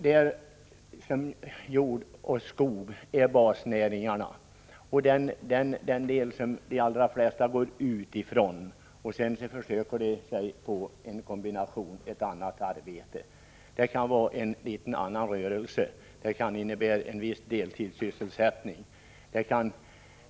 Jordbruk och skogsbruk är basnäringarna, som de allra flesta utgår ifrån och försöker kombinera med ett annat arbete. Det kan vara en liten rörelse av annat slag eller en viss deltidssysselsättning.